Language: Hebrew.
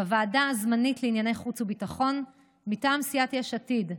בוועדה הזמנית לענייני חוץ וביטחון: מטעם סיעת יש עתיד,